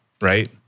right